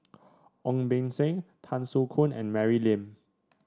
Ong Beng Seng Tan Soo Khoon and Mary Lim